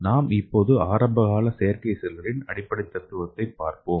நாம் இப்போது ஆரம்பகால செயற்கை செல்களின் அடிப்படைத் தத்துவத்தை பார்ப்போம்